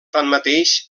tanmateix